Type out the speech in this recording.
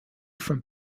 from